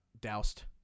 doused